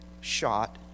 shot